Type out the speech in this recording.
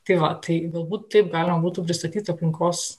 tai va tai galbūt taip galima būtų pristatyt aplinkos